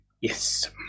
Yes